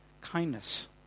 Kindness